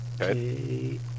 Okay